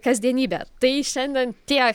kasdienybe tai šiandien tiek